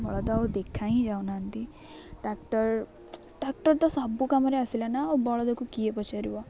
ବଳଦ ଆଉ ଦେଖା ହିଁ ଯାଉନାହାନ୍ତି ଟ୍ରାକ୍ଟର୍ ଟ୍ରାକ୍ଟର୍ ତ ସବୁ କାମରେ ଆସିଲା ନା ଆଉ ବଳଦକୁ କିଏ ପଚାରିବ